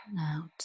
out